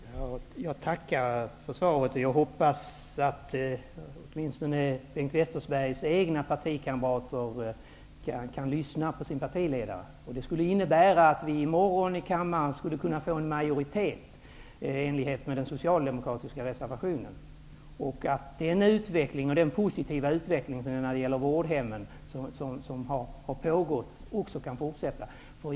Herr talman! Jag tackar för svaret. Jag hoppas att åtminstone Bengt Westerbergs egna partikamrater lyssnar på sin partiledare, därför att det skulle innebära att vi i morgon i kammaren skulle kunna få en majoritet att rösta i enlighet med den socialdemokratiska reservationen. Det i sin tur skulle innebära att den positiva utvecklingen när det gäller vårdhemmen kan fortsätta.